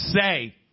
say